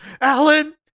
Alan